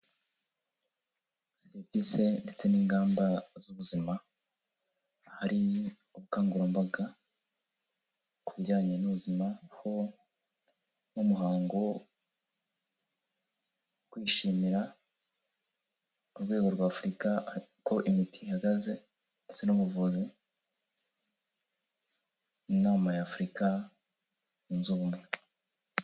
Serivise ndetse n'ingamba z'ubuzima, hari ubukangurambaga kubijyanye n'ubuzima ho n'umuhango wo kwishimira ku rwego rwa Afurika uko imiti ihagaze ndetse n'ubuvuzi mu nama ya Afurika yunze ubumwe.